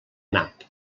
nap